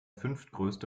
fünftgrößte